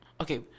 okay